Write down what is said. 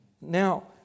Now